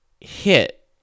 hit